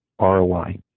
ROI